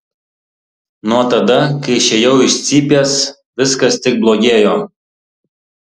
nuo tada kai išėjau iš cypės viskas tik blogėjo